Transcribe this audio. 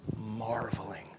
marveling